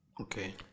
Okay